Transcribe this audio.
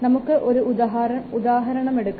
നമുക്ക് ഒരു ഉദാഹരണം എടുക്കാം